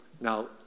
Now